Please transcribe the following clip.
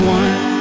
one